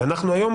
היום,